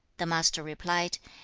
the master replied,